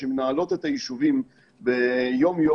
שמנהלות את היישובים ביום-יום,